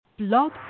Blog